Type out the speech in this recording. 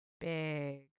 big